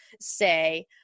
say